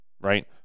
right